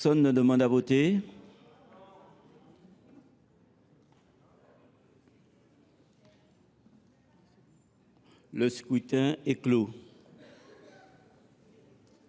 Personne ne demande plus à voter ?… Le scrutin est clos.